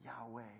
Yahweh